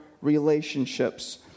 relationships